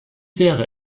wäre